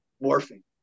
morphine